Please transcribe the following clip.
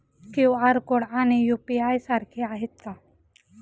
QR code आणि UPI सारखे आहेत का?